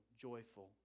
joyful